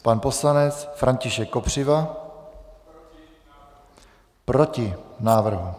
Pan poslanec František Kopřiva: Proti návrhu.